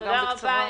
תודה רבה.